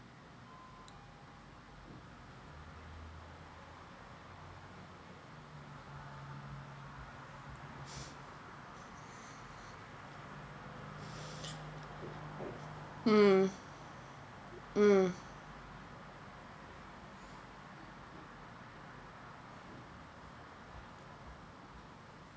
ya but